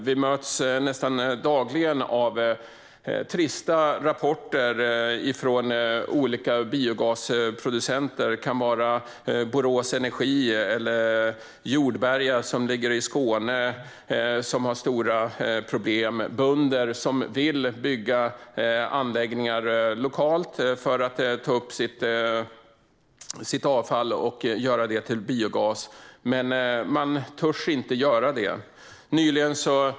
Vi möts nästan dagligen av trista rapporter från biogasproducenter, till exempel från Borås Energi eller från Jordberga i Skåne som har stora problem. Vi hör om bönder som vill bygga anläggningar lokalt för att göra biogas av sitt avfall men inte törs.